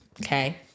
Okay